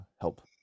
help